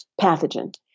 pathogen